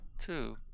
two